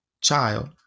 child